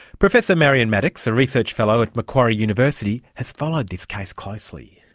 professor marion maddox, a research fellow at macquarie university, has followed this case closely.